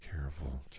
careful